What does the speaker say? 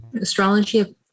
Astrology